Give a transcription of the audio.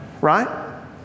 right